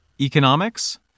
economics